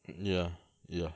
mm ya ya